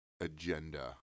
Agenda